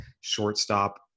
shortstop